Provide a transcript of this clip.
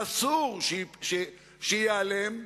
שאסור שייעלם,